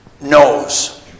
knows